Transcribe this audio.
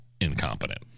incompetent